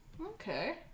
Okay